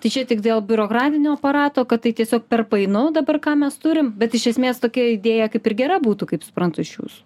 tai čia tik dėl biurokratinio aparato kad tai tiesiog per painu dabar ką mes turime bet iš esmės tokia idėja kaip ir gera būtų kaip suprantu iš jūsų